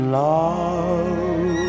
love